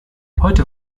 heute